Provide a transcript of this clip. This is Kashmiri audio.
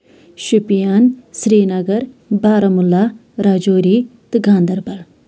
شوپیان سری نگر بارہمولہ راجوری تہٕ گاندربل